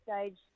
stage